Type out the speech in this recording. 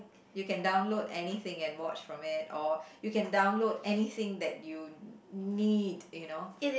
you can download anything and watch from it or you can download anything that you need you know